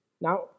Now